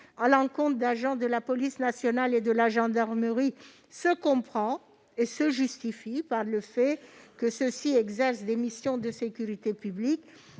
à l'encontre d'agents de la police et de la gendarmerie nationales se comprend et se justifie par le fait qu'ils exercent des missions de sécurité publique,